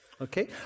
Okay